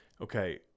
Okay